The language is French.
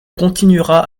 continuera